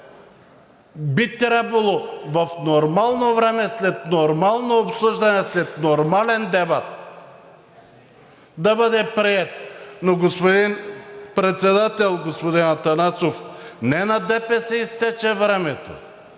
би трябвало в нормално време след нормално обсъждане, след нормален дебат да бъде приет. Но, господин Председател, господин Атанасов, не на ДПС изтече времето,